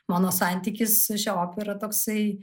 mano santykis su šia opera toksai